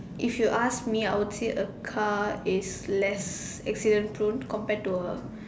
if you ask me I would say a car is less accident prone compared to a